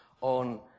on